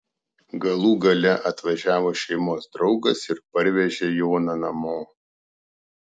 galų gale atvažiavo šeimos draugas ir parvežė joną namo